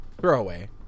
throwaway